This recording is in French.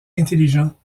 intelligents